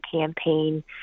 campaign